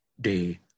day